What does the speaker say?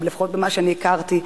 לפחות ממה שאני הכרתי,